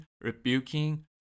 rebuking